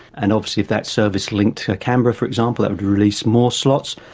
and obviously if that service linked to canberra, for example, that would release more slots,